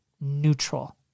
neutral